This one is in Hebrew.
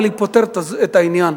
אבל היא פותרת את העניין.